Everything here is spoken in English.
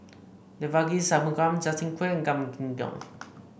Devagi Sanmugam Justin Quek and Gan Kim Yong